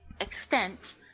extent